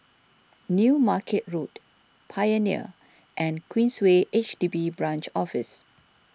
New Market Road Pioneer and Queensway H D B Branch Office